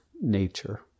nature